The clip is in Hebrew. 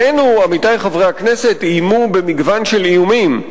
עלינו, עמיתי חברי הכנסת, איימו במגוון של איומים.